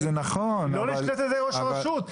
וזה נכון --- לא משתלט על זה ראש רשות.